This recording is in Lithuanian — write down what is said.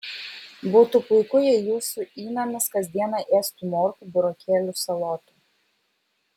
būtų puiku jei jūsų įnamis kas dieną ėstų morkų burokėlių salotų